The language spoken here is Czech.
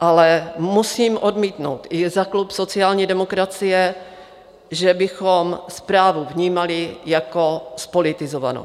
ale musím odmítnout za klub sociální demokracie, že bychom zprávu vnímali jako zpolitizovanou.